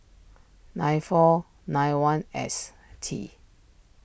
nine four nine one S T